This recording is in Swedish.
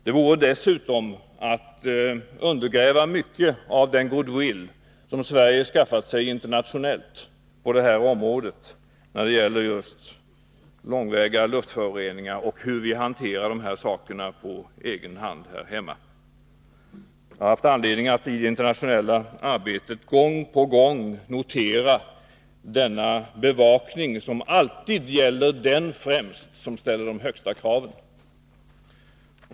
Det vore dessutom att undergräva mycket av den goodwill som Sverige skaffat sig internationellt när det gäller just långväga luftföroreningar och hur vi här hemma hanterar detta problem. Jag har i det internationella arbetet gång på gång haft anledning att notera den bevakning som alltid sker och som främst gäller den som ställer de högsta kraven.